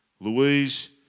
Louise